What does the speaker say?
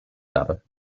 data